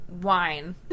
wine